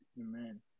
Amen